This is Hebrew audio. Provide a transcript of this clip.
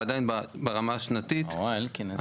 אבל עדיין ברמה השנתית אנחנו --- אלקין,